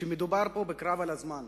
שמדובר פה בקרב על הזמן.